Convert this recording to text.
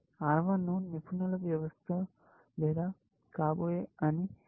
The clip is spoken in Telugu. R1 ను నిపుణుల వ్యవస్థ లేదా కాబోయే అని పిలుస్తారు